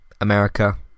America